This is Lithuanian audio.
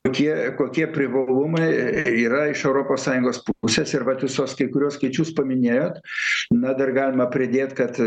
kokie kokie privalumai yra iš europos sąjungos pusės ir vat jūs tuos kai kuriuos skaičius paminėjot na dar galima pridėt kad